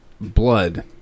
blood